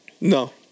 No